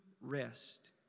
rest